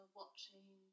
watching